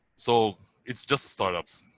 so it's just startups.